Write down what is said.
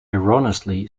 erroneously